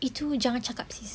itu jangan cakap sis